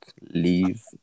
Leave